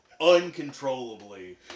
uncontrollably